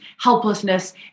helplessness